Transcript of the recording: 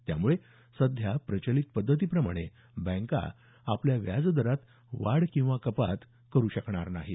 त्यामुळे सध्या प्रचलित पद्धतीप्रमाणे बँका आपल्या व्याज दरात वाढ किंवा कपात करू शकणार नाहीत